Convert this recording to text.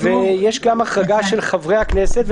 ויש גם החרגה של חברי הכנסת.